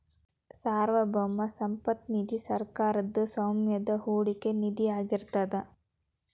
ಸಾರ್ವಭೌಮ ಸಂಪತ್ತ ನಿಧಿ ಸರ್ಕಾರದ್ ಸ್ವಾಮ್ಯದ ಹೂಡಿಕೆ ನಿಧಿಯಾಗಿರ್ತದ